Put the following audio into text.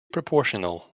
proportional